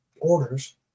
orders